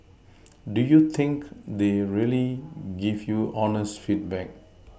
do you think they'd really give you honest feedback